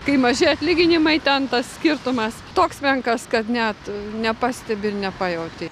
kai maži atlyginimai ten tas skirtumas toks menkas kad net nepastebi ir nepajautei